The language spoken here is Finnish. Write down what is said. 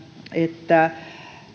että